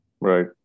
Right